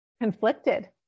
conflicted